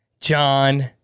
John